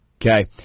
okay